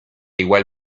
igual